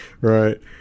Right